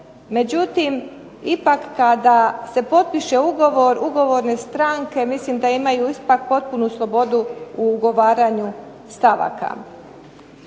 Međutim, ipak kada se potpiše ugovor, ugovorne stranke mislim da imaju potpunu slobodu u ugovaranju stavaka.